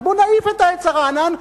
אז בואו נעיף את העץ הרענן,